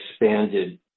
expanded